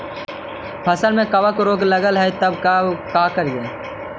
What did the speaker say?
फसल में कबक रोग लगल है तब का करबै